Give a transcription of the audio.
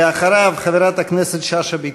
ואחריו, חברת הכנסת שאשא ביטון.